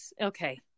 Okay